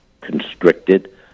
constricted